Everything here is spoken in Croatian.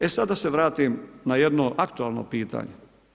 E sada da se vratim na jedno aktualno pitanje.